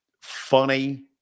funny